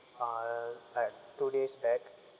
uh at two days back